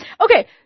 Okay